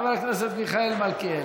חבר הכנסת מיכאל מלכיאלי.